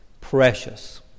Precious